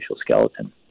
skeleton